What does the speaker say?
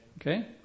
okay